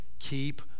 Keep